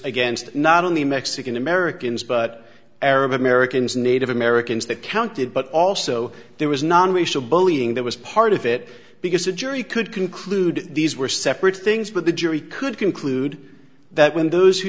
against not only mexican americans but arab americans native americans that counted but also there was nonracial bullying that was part of it because the jury could conclude these were separate things but the jury could conclude that w